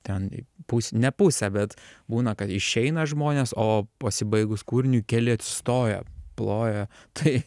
ten pus ne pusė bet būna kad išeina žmonės o pasibaigus kūriniui keli atsistoję ploja tai